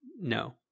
No